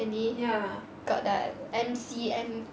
really got the M_C_M